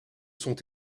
sont